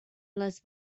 les